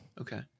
Okay